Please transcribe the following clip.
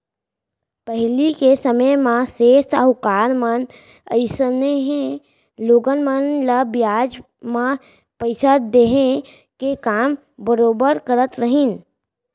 पहिली के समे म सेठ साहूकार मन अइसनहे लोगन मन ल बियाज म पइसा देहे के काम बरोबर करत रहिन